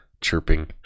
Chirping